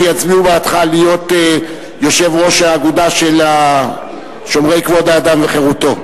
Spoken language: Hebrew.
שיצביעו בעדך להיות יושב-ראש האגודה של שומרי כבוד האדם וחירותו.